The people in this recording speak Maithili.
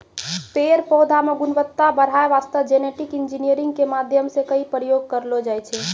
पेड़ पौधा मॅ गुणवत्ता बढ़ाय वास्तॅ जेनेटिक इंजीनियरिंग के माध्यम सॅ कई प्रयोग करलो जाय छै